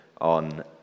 on